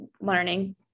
learning